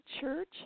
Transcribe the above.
church